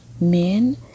Men